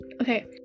okay